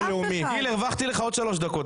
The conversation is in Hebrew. גיל, הרווחתי לך עוד שלוש דקות.